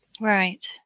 Right